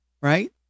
right